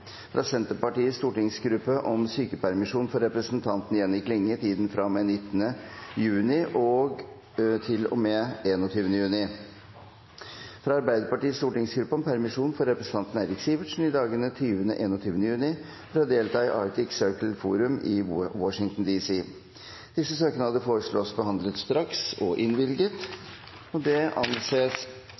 fra Senterpartiets stortingsgruppe om sykepermisjon for representanten Jenny Klinge i tiden fra og med 19. juni til og med 21. juni fra Arbeiderpartiets stortingsgruppe om permisjon for representanten Eirik Sivertsen i dagene 20. og 21. juni for å delta i Arctic Circle Forum i Washington DC Etter forslag fra presidenten ble enstemmig besluttet: Søknadene behandles straks og